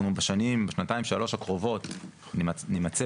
בשנתיים-שלוש הקרובות אנחנו נימצא